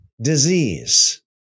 disease